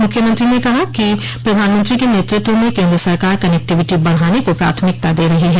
मुख्यमंत्री ने कहा कि प्रधानमंत्री के नेतृत्व में केन्द्र सरकार कनेक्टिविटी बढ़ाने को प्राथमिकता दे रही है